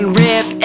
rip